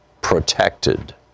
protected